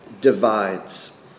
divides